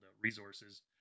resources